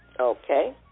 Okay